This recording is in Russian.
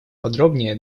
подробнее